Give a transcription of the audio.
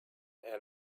and